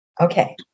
Okay